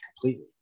completely